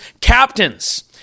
captains